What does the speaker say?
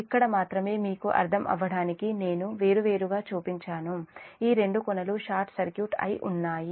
ఇక్కడ మాత్రమే మీకు అర్థం అవ్వడానికి నేను వేరువేరుగా చూపించాను ఈ రెండు కొనలూ షార్ట్ సర్క్యూట్ అయి ఉన్నాయి